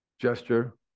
gesture